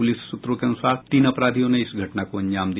police सूत्रों के अनुसार तीन अपराधियों ने इस घटना को अंजाम दिया